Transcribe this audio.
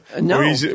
No